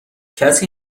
کسی